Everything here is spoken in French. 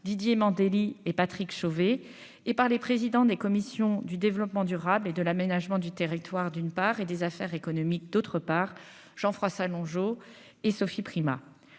Didier Mandelli. Et Patrick Chauvet et par les présidents des commissions du Développement durable et de l'aménagement du territoire, d'une part et des affaires économiques, d'autre part, Jean, France Longeau et Sophie Primas